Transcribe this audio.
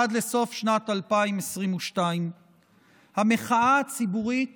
עד לסוף שנת 2022. המחאה הציבורית